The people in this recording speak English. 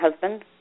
husband